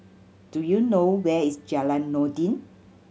do you know where is Jalan Noordin